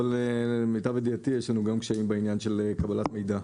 אבל למיטב ידיעתי יש גם לנו גם קשיים בעניין של קבלת מידע.